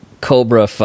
cobra